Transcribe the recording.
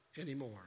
anymore